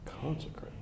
Consecrate